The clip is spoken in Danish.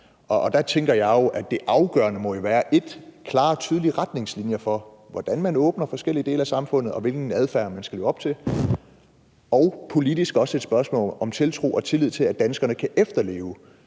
Der tænker jeg, at det afgørende jo må være klare og tydelige retningslinjer for, hvordan man åbner forskellige dele af samfundet, og hvilken adfærd man skal leve op til, og politisk er det også et spørgsmål om tiltro og tillid til, at danskerne kan efterleve